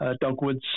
dogwoods